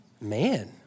Man